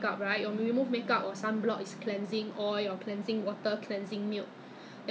don't know I think one day I'm going to bring the whole bag down to the girl to the same girl if possible